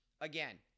again